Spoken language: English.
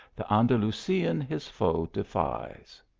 the andalusian his foe defies.